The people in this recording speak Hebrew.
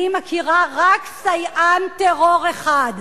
אני מכירה רק סייען טרור אחד,